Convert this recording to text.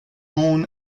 own